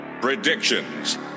Predictions